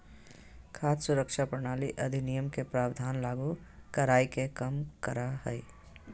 खाद्य सुरक्षा प्रणाली अधिनियम के प्रावधान लागू कराय के कम करा हइ